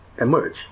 emerge